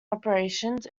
operations